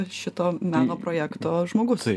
šito meno projekto žmogus